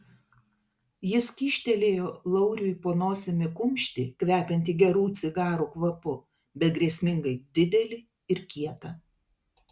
jis kyštelėjo lauriui po nosimi kumštį kvepiantį gerų cigarų kvapu bet grėsmingai didelį ir kietą